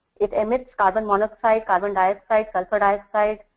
it emits carbon monoxide, carbon dioxide, sulfur dioxide,